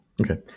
okay